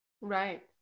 Right